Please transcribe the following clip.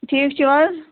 ٹھیٖک چھِو حظ